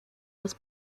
was